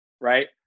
right